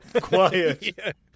quiet